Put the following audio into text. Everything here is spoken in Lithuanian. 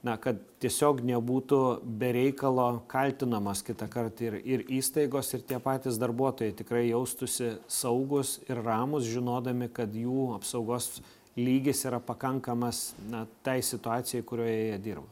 na kad tiesiog nebūtų be reikalo kaltinamos kitąkart ir ir įstaigos ir tie patys darbuotojai tikrai jaustųsi saugūs ir ramūs žinodami kad jų apsaugos lygis yra pakankamas na tai situacijai kurioje jie dirba